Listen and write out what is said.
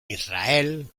israel